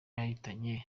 yahitanye